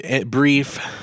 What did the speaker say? brief